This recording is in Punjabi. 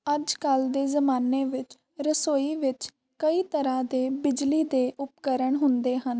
ਅੱਜ ਕੱਲ੍ਹ ਦੇ ਜ਼ਮਾਨੇ ਵਿੱਚ ਰਸੋਈ ਵਿੱਚ ਕਈ ਤਰ੍ਹਾਂ ਦੇ ਬਿਜਲੀ ਦੇ ਉਪਕਰਨ ਹੁੰਦੇ ਹਨ